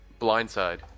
blindside